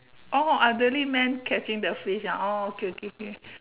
oh elderly man catching the fish ah oh okay okay okay